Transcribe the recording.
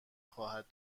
خواهد